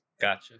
Gotcha